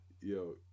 yo